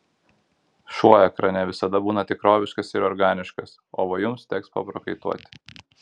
šuo ekrane visada būna tikroviškas ir organiškas o va jums teks paprakaituoti